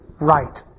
right